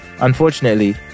unfortunately